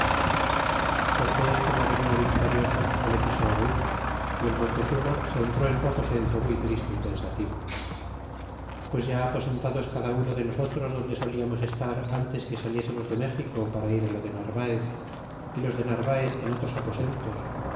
cortés como venia victorioso no le quiso oir y el montezurna se entró en su aposento muy triste y pensativo pues ya aposentados cada uno de nosotros donde sonamos estar antes que saliésemos de méxico para ir lo de narvaez y los de narvaez en otros aposentos